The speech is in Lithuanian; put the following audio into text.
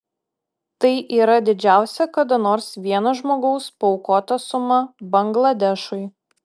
tai yra didžiausia kada nors vieno žmogaus paaukota suma bangladešui